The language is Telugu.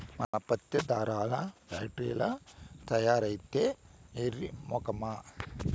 మన పత్తే దారాల్ల ఫాక్టరీల్ల తయారైద్దే ఎర్రి మొకమా